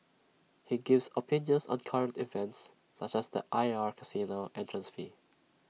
he gives opinions on current events such as the I R casino entrance fee